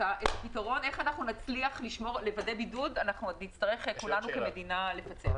איך נצליח לגבי בידוד נצטרך כמדינה לפצח.